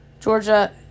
Georgia